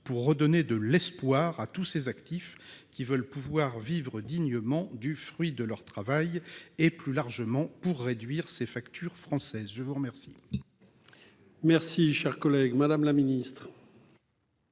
pour redonner de l'espoir à tous ces actifs qui veulent pouvoir vivre dignement du fruit de leur travail et, plus largement, pour réduire ces fractures françaises ? La parole est à Mme la ministre